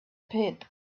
pit